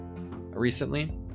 recently